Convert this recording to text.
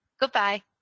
Goodbye